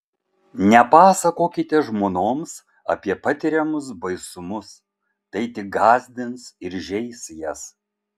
nepasakokite žmonoms apie patiriamus baisumus tai tik gąsdins ir žeis jas